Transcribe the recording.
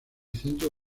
centro